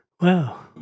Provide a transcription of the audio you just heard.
Wow